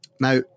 Now